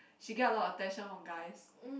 she get a lot of attention from guys